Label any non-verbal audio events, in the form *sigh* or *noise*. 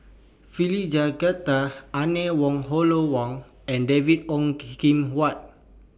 Philip *unintelligible* Anne Wong Hollo Wang and David Ong *noise* Kim Huat